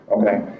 okay